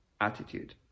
attitude